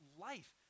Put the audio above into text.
life